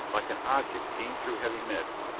like an object seen through heavy mist,